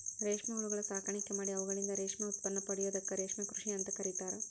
ರೇಷ್ಮೆ ಹುಳಗಳ ಸಾಕಾಣಿಕೆ ಮಾಡಿ ಅವುಗಳಿಂದ ರೇಷ್ಮೆ ಉತ್ಪನ್ನ ಪಡೆಯೋದಕ್ಕ ರೇಷ್ಮೆ ಕೃಷಿ ಅಂತ ಕರೇತಾರ